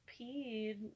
peed